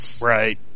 Right